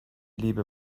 liebe